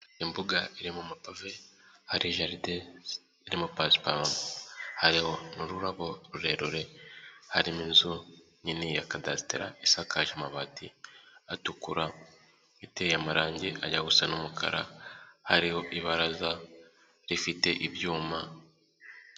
Imbuga irimo amapave hari jaride irimo pasiparumu hari n'ururabo rurerure harimo inzu nini ya kadasitara isakaje amabati atukura iteye amarangi ajyagusa n'umukara hariho ibaraza rifite ibyuma.